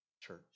church